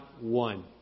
one